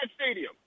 stadium